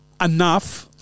Enough